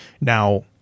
now